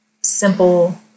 simple